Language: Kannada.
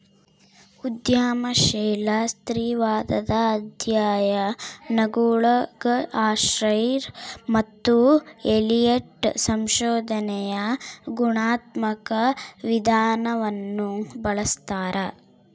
ಉದ್ಯಮಶೀಲ ಸ್ತ್ರೀವಾದದ ಅಧ್ಯಯನಗುಳಗಆರ್ಸರ್ ಮತ್ತು ಎಲಿಯಟ್ ಸಂಶೋಧನೆಯ ಗುಣಾತ್ಮಕ ವಿಧಾನವನ್ನು ಬಳಸ್ತಾರೆ